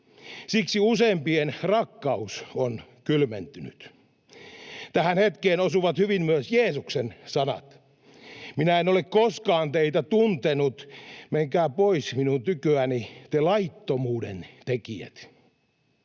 Siksi useimpien rakkaus on kylmentynyt. Tähän hetkeen osuvat hyvin myös Jeesuksen sanat: ”Minä en ole koskaan teitä tuntenut; menkää pois minun tyköäni, te laittomuuden tekijät.”